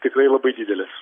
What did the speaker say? tikrai labai didelės